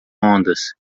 ondas